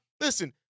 listen